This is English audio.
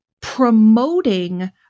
promoting